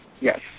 Yes